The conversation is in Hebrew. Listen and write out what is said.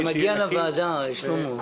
זה מגיע לוועדה, שלמה.